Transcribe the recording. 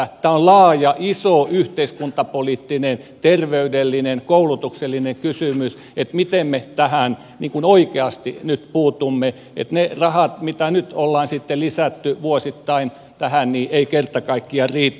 tämä on laaja iso yhteiskuntapoliittinen terveydellinen koulutuksellinen kysymys miten me oikeasti nyt puutumme tähän että ne rahat mitä nyt on lisätty vuosittain tähän eivät kerta kaikkiaan riitä